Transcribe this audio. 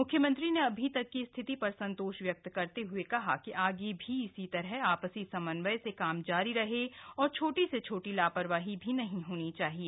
मुख्यमंत्री ने अभी तक की स्थिति पर संतोष व्यक्त करते हुए कहा कि आगे भी इसी तरह आपसी समन्वय से काम जारी रहे और छोटी से छोटी लापरवाही भी नहीं होना चाहिए